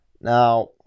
Now